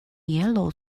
yellow